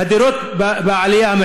הדירות בעלייה,